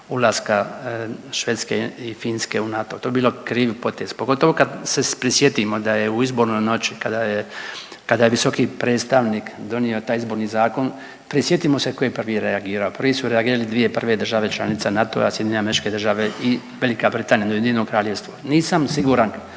ulaska Švedske i Finske u NATO, to bilo krivi potez, pogotovo kad se prisjetimo da je u izbornoj noći kada je visoki predstavnik donio taj izborni zakon prisjetimo se ko je prvi reagirao. Prve su reagirale dvije prve države članice NATO-a SAD i Velika Britanija UK, nisam siguran